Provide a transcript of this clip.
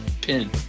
pin